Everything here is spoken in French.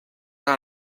rend